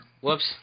Whoops